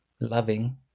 loving